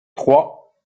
trois